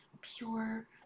pure